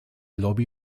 lobby